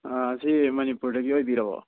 ꯑꯥ ꯁꯤ ꯃꯅꯤꯄꯨꯔꯗꯒꯤ ꯑꯣꯏꯕꯤꯔꯕꯣ